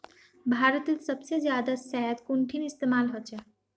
भारतत सबसे जादा शहद कुंठिन इस्तेमाल ह छे